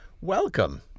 Welcome